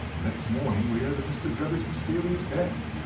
the next morning we heard of mr. drebber's mysterious death